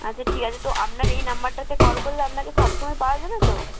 আচ্ছা ঠিগ আছে তো আপনাকে এই নাম্বারটাতে কল করলে আপনাকে সব সময় পাওয়া যাবে তো